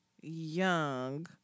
young